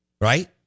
Right